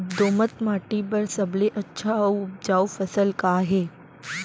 दोमट माटी बर सबले अच्छा अऊ उपजाऊ फसल का हे?